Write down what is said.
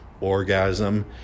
orgasm